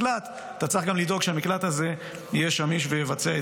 אתה חייב לבנות מקלט ואתה צריך גם לדאוג שהמקלט הזה יהיה שמיש לייעודו.